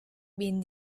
been